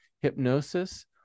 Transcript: hypnosis